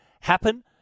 happen